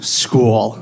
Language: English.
school